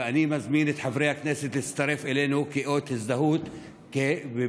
ואני מזמין את חברי הכנסת להצטרף אלינו לאות הזדהות בבקשה